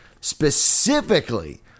specifically